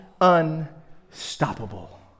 unstoppable